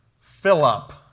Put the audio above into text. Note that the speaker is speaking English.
fill-up